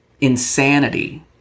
insanity